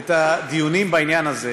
את הדיונים בעניין הזה